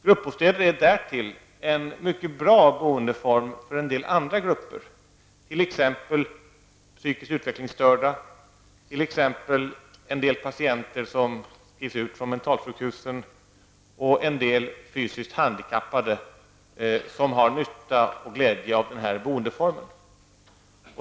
Gruppbostäder är därtill en mycket bra boendeform för andra grupper, t.ex. psykiskt utvecklingsstörda, en del patienter som skrivs ut från mentalsjukhusen, och fysiskt handikappade som har nytta och glädje av denna boendeform.